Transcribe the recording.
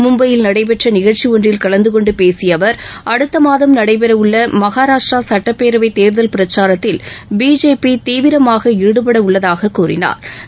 மும்பையில் நடைபெற்ற நிகழ்ச்சி ஒன்றில் கலந்தகொண்டு பேசிய அவர் அடுத்த மாதம் நடைபெற உள்ள மஹாராஷ்டிரா சட்டப்பேரவை தேர்தல் பிரச்சாரத்தில் பிஜேபி தீவிரவமாக ஈடுபட உள்ளதாகக் கூறினாள்